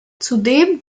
zudem